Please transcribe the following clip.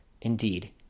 Indeed